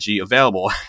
available